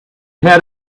had